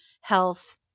health